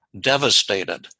devastated